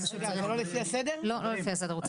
הוא פשוט צריך לצאת, הוא ביקש.